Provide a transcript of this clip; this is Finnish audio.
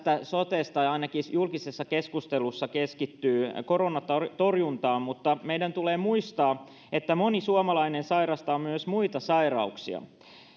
sotesta ainakin julkisessa keskustelussa keskittyy koronan torjuntaan mutta meidän tulee muistaa että moni suomalainen sairastaa myös muita sairauksia